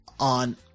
On